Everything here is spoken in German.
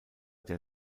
der